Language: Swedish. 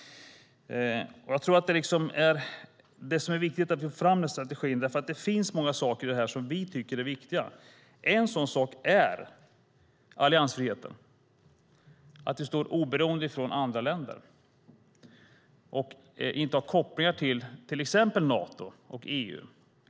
Det är viktigt att nå fram med strategin, därför att det finns många saker i den som vi tycker är viktiga. En sådan sak är alliansfriheten, att vi står oberoende från andra länder och inte har kopplingar till exempelvis Nato och EU.